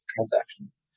transactions